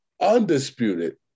undisputed